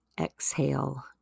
exhale